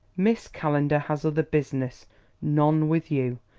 miss calendar has other business none with you.